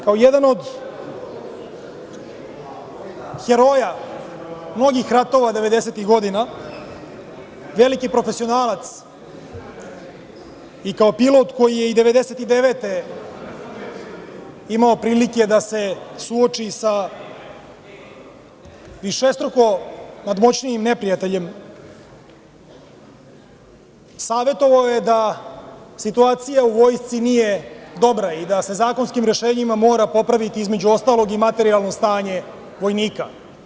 Kao jedan od heroja mnogih ratova 90-ih godina, veliki profesionalac i kao pilot koji je i 1999. godine imao prilike da se suoči sa višestruko nadmoćnijim neprijateljem, savetovao je da situacija u vojsci nije dobra i da se zakonskim rešenjima mora popraviti između ostalog i materijalno stanje vojnika.